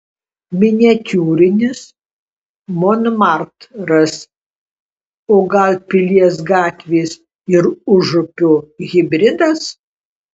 miniatiūrinis monmartras o gal pilies gatvės ir užupio hibridas